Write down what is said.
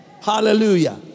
Hallelujah